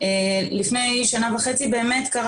מדובר בחיים של אנשים שנמצאים תחת